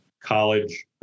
college